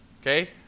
Okay